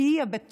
כי היא הבטוחה